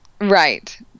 Right